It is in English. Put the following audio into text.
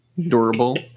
durable